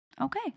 Okay